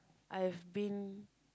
I've been